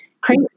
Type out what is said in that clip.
crazy